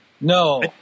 No